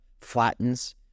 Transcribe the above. flattens